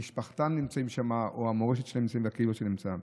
שמשפחתם נמצאת שם או המורשת שלהם והקהילות שלהם נמצאות,